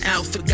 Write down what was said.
Alpha